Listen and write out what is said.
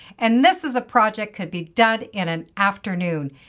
and this is a project could be done in an afternoon.